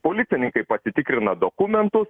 policininkai pasitikrina dokumentus